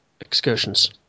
excursions